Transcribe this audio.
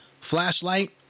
Flashlight